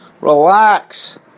Relax